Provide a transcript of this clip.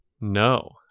No